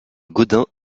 gaudin